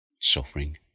Suffering